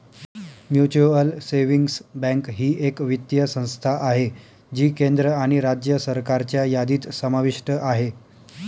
mutual savings bank ही एक वित्तीय संस्था आहे जी केंद्र आणि राज्य सरकारच्या यादीत समाविष्ट आहे